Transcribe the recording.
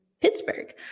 Pittsburgh